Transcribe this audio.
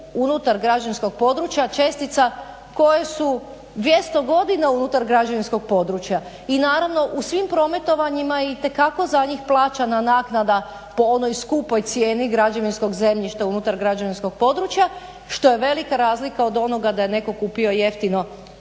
unutar građevinskog područja čestica su 200 godina unutar građevinskog područja i naravno u svim prometovanjima itekako za njih plaćana naknada po onoj skupoj cijeni građevinskog zemljišta unutar građevinskog područja, što je velika razlika od onoga da je netko kupio jeftino